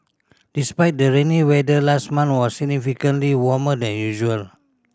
despite the rainy weather last month was significantly warmer than usual